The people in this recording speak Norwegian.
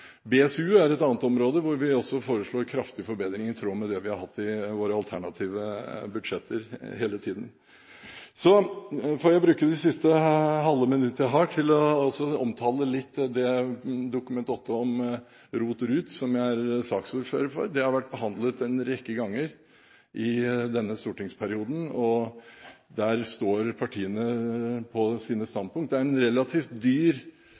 BSU er et annet område hvor vi også foreslår kraftige forbedringer, i tråd med det vi har hatt i våre alternative budsjetter hele tiden. Så får jeg bruke det siste halve minuttet jeg har til å omtale litt det Dokument nr. 8-forslaget om ROS- og ROT-skattefradrag, som jeg er saksordfører for. Det har vært behandlet en rekke ganger i denne stortingsperioden, og der står partiene på sine standpunkt. Det er en relativt dyr